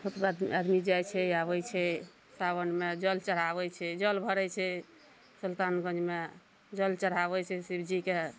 ओइके बाद आदमी जाइ छै आबय छै सावनमे जल चढ़ाबय छै जल भरय छै सुल्तानगंजमे जल चढ़ाबय छै शिव जीके